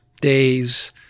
Days